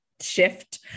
shift